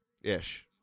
ish